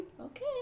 Okay